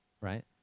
right